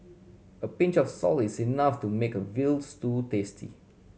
a pinch of salt is enough to make a veal tasty